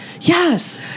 yes